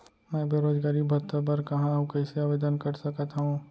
मैं बेरोजगारी भत्ता बर कहाँ अऊ कइसे आवेदन कर सकत हओं?